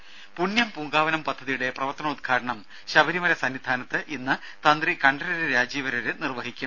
ദര പുണ്യം പൂങ്കാവനം പദ്ധതിയുടെ പ്രവർത്തനോദ്ഘാടനം ശബരിമല സന്നിധാനത്ത് ഇന്ന് തന്ത്രി കണ്ഠരര് രാജീവരര് നിർവഹിക്കും